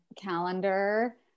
calendar